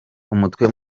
umutwe